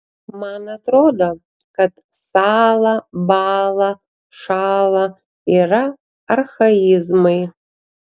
man atrodo kad sąla bąla šąla yra archaizmai